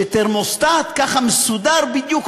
תרמוסטט בדיוק,